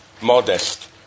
modest